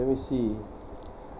let me see